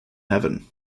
heaven